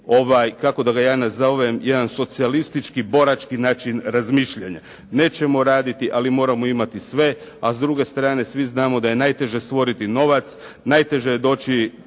kako da ga ja nazovem, jedan socijalistički borački način razmišljanja. Nećemo raditi ali moramo imati sve. A s druge strane svi znamo da je najteže stvoriti novac, najteže je doći